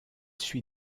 suit